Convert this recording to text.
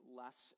less